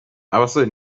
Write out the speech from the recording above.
abasore